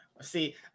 See